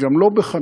וגם לא בח'אן-יונס.